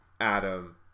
Adam